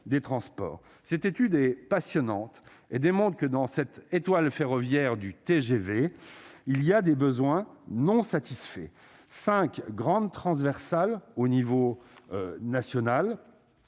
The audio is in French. des Transports, cette étude est passionnante et démontre que dans cette étoile ferroviaire du TGV, il y a des besoins non satisfaits 5 grande transversale au niveau national,